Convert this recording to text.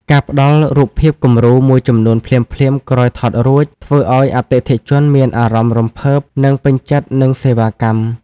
ការផ្ដល់រូបភាពគំរូ មួយចំនួនភ្លាមៗក្រោយថតរួច ធ្វើឱ្យអតិថិជនមានអារម្មណ៍រំភើប និងពេញចិត្តនឹងសេវាកម្ម។